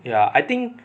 ya I think